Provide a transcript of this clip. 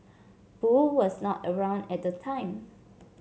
boo was not around at the time